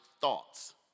thoughts